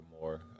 more